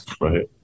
Right